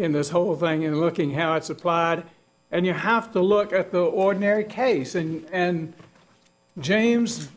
in this whole thing in looking how it's applied and you have to look at the ordinary case and james